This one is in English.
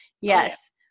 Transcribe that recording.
Yes